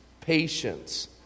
patience